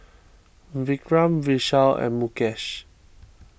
Vikram Vishal and Mukesh